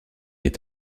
est